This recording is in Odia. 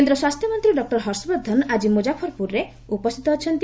କେନ୍ଦ୍ର ସ୍ୱାସ୍ଥ୍ୟମନ୍ତ୍ରୀ ହର୍ଷବର୍ଦ୍ଧନ ଆଜି ମୁଜାଫରପୁରରେ ଉପସ୍ଥିତ ରହିଛନ୍ତି